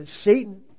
Satan